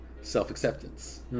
self-acceptance